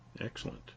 excellent